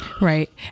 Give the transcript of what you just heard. Right